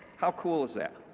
how cool is that?